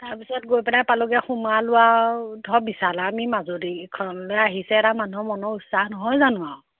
তাৰ পিছত গৈ পেলাই পালোঁগৈ সোমালোঁ আৰু ধৰ বিশাল আৰু আমি মাজুলীখনলৈ আহিছে এটা মানুহৰ মনৰ উৎসাহ নহয় জানো আৰু